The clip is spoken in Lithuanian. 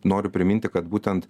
noriu priminti kad būtent